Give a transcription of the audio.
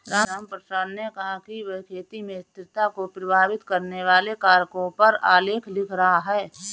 रामप्रसाद ने कहा कि वह खेती में स्थिरता को प्रभावित करने वाले कारकों पर आलेख लिख रहा है